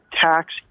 tax